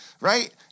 right